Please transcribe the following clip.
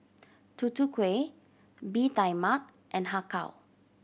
Tutu Kueh Bee Tai Mak and Har Kow